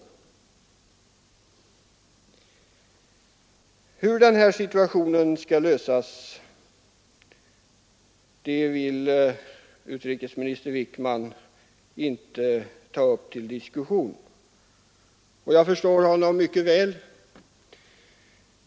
Frågan om hur denna situation skall lösas vill utrikesminister Wickman inte ta upp till diskussion. Jag förstår honom mycket väl.